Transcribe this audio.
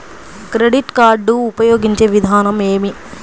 Credit card ఉపయోగించే విధానం ఏమి?